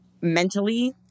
mentally